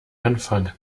anfangen